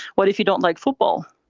what if you don't like football?